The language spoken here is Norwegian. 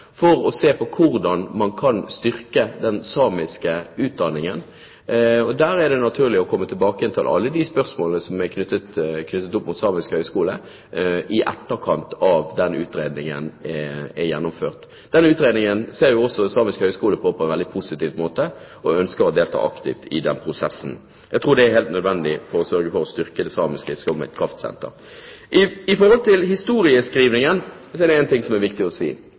for å se på hvordan man kan styrke den samiske utdanningen. Det er naturlig å komme tilbake til alle de spørsmålene som er knyttet opp til Samisk høgskole, i etterkant av at den utredningen er gjennomført. Den utredningen ser også Samisk høgskole veldig positivt på og ønsker å delta aktivt i den prosessen. Jeg tror det er helt nødvendig for å sørge for å styrke det samiske som et kraftsenter. Når det gjelder historieskrivingen, er det én ting som er viktig å si.